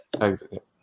exit